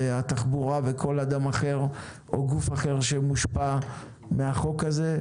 התחבורה וכל אדם אחר או גוף אחר שמושפע מהחוק הזה.